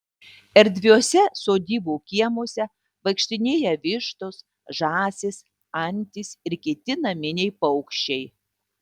erdviuose sodybų kiemuose vaikštinėja vištos žąsys antys ir kiti naminiai paukščiai